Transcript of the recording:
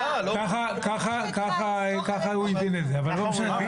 --- ככה הוא הבין את זה, אבל לא משנה.